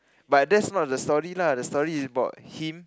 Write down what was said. but that's not the story lah the story is about him